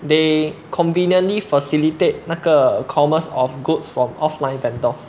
they conveniently facilitate 那个 commerce of goods from offline vendors